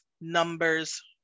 numbers